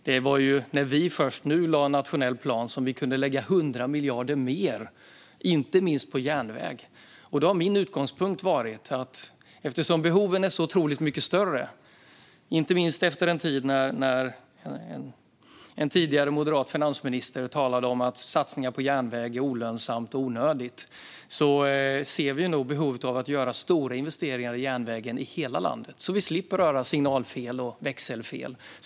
Det var först nu när vi lade nationell plan som vi kunde lägga 100 miljarder mer inte minst på järnväg. Eftersom behoven är så otroligt mycket större, inte minst efter en tid när en tidigare moderat finansminister talade om att satsningar på järnväg är olönsamt och onödigt, ser vi behovet av att göra stora investeringar i järnvägen i hela landet så att vi slipper signalfel och växelfel.